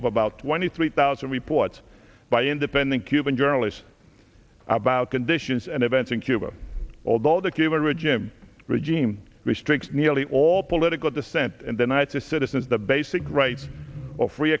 of about twenty three thousand reports by independent cuban journalist about conditions and events in cuba although the cuban ridge him regime restricts nearly all political dissent in the night to citizens the basic rights of free